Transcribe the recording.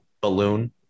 balloon